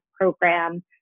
program